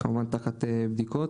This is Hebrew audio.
כמובן תחת בדיקות,